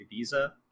Ibiza